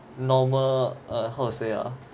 normal err how to say ah